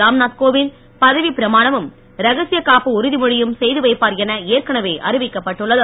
ராம்நாத் கோவிந்த் பதவி பிரமாணமும் ரகசிய காப்பு உறுதிமொழியும் வைப்பார் என ஏற்கனவே அறிவிக்கப்பட்டுள்ளது